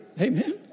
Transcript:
Amen